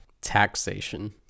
Taxation